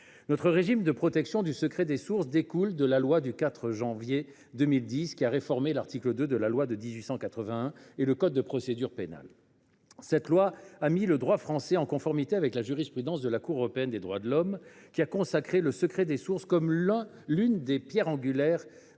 2010 relative à la protection du secret des sources des journalistes qui a réformé l’article 2 de la loi de 1881 et le code de procédure pénale. Ce texte a mis le droit français en conformité avec la jurisprudence de la Cour européenne des droits de l’homme, laquelle a consacré le secret des sources comme l’une des pierres angulaires de